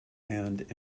and